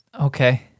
Okay